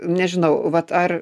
nežinau vat ar